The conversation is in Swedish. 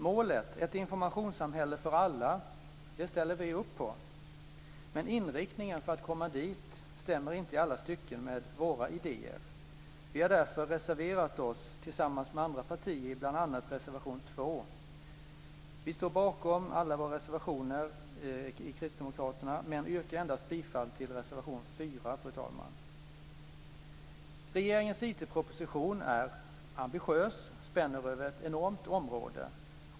Målet, ett informationssamhälle för alla, ställer vi upp på. Men inriktningen för att komma dit stämmer inte i alla stycken med våra idéer. Vi har därför reserverat oss tillsammans med andra partier i bl.a. reservation 2. Vi i Kristdemokraterna står bakom alla våra reservationer, men yrkar bifall endast till reservation Regeringens IT-proposition är ambitiös och spänner över ett enormt område.